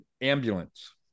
ambulance